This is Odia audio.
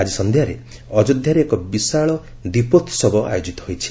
ଆଜି ସନ୍ଧ୍ୟାରେ ଅଯୋଧ୍ୟାରେ ଏକ ବିଶାଳ ଦୀପୋହବ ଆୟୋଜିତ ହୋଇଛି